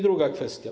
Druga kwestia.